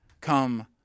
come